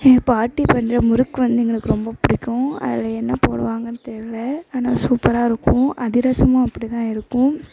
எங்கள் பாட்டி பண்ணுற முறுக்கு வந்து எங்களுக்கு ரொம்ப பிடிக்கும் அதில் என்ன போடுவாங்கன்னு தெரில ஆனால் சூப்பராக இருக்கும் அதிரசமும் அப்படிதான் இருக்கும்